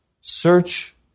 search